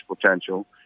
potential